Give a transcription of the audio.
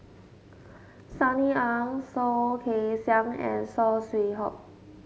Sunny Ang Soh Kay Siang and Saw Swee Hock